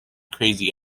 crazy